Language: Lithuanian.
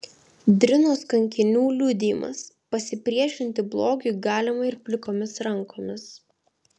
drinos kankinių liudijimas pasipriešinti blogiui galima ir plikomis rankomis